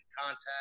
contact